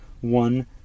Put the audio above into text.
One